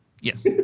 yes